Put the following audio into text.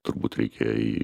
turbūt reikia